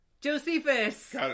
Josephus